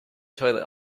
toilet